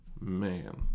man